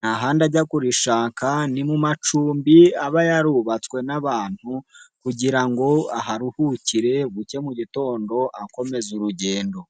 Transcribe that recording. Nta handi ajya kurishaka ni mu macumbi aba yarubatswe n'abantu kugira ngo aharuhukire buke mu gitondo akomeza urugendo.